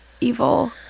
evil